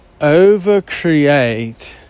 overcreate